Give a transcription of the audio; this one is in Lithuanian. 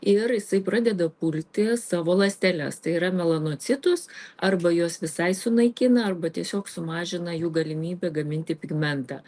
ir jisai pradeda pulti savo ląsteles tai yra melanocitus arba juos visai sunaikina arba tiesiog sumažina jų galimybę gaminti pigmentą